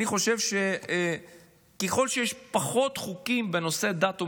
אני חושב שככל שיש פחות חוקים בנושא דת ומדינה,